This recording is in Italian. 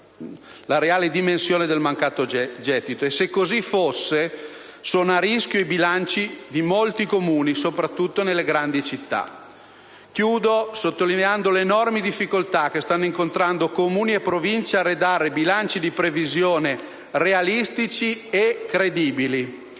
largamente sottostimata. Se così fosse sono a rischio i bilanci di molti Comuni, soprattutto nelle grandi città. Concludo sottolineando le enormi difficoltà che stanno incontrando Comuni e Province a redigere bilanci di previsione realistici e credibili.